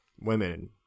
women